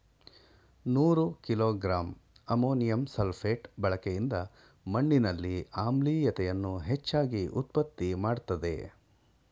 ನೂರು kilogram ammonium sulphate ಬಳಕೆಯಿಂದ ಮಣ್ಣಿನಲ್ಲಿ ಆಮ್ಲೀಯತೆಯನ್ನು ಹೆಚ್ಚಾಗಿ ಉತ್ಪತ್ತಿ ಮಾಡ್ತದೇ